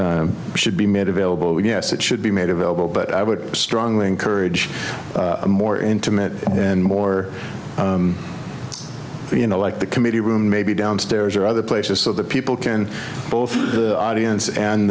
chamber should be made available yes it should be made available but i would strongly encourage more intimate and more you know like the committee room maybe downstairs or other places so that people can both the audience and